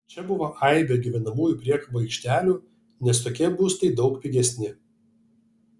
čia buvo aibė gyvenamųjų priekabų aikštelių nes tokie būstai daug pigesni